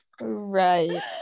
Right